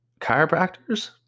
chiropractors